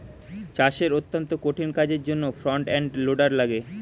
চাষের অত্যন্ত কঠিন কাজের জন্যে ফ্রন্ট এন্ড লোডার লাগে